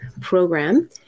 program